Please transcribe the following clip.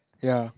ya